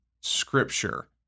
scripture